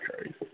Okay